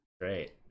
Great